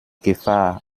gefahr